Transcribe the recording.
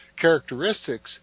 characteristics